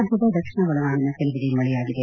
ರಾಜ್ಯದ ದಕ್ಷಿಣ ಒಕನಾಡಿನ ಕೆಲವೆಡೆ ಮಳೆಯಾಗಿದೆ